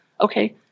Okay